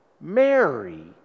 Mary